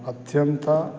अत्यन्ता